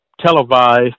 televised